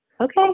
Okay